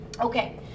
Okay